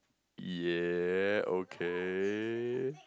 ya okay